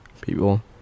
people